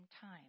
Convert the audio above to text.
time